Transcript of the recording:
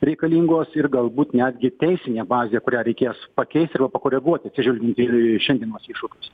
reikalingos ir galbūt netgi teisinė bazė kurią reikės pakeist arba pakoreguoti atsižvelgiant į šiandienos iššūkius